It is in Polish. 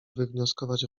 wywnioskować